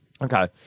Okay